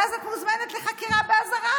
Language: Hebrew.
ואז את מוזמנת לחקירה באזהרה.